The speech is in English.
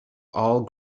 all